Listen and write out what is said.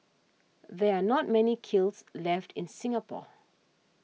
there are not many kilns left in Singapore